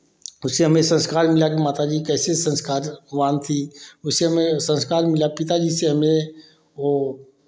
उससे हमें संस्कार मिला कि माताजी कैसे संस्कारवान थी उससे हमें संस्कार मिला पिताजी से हमें वह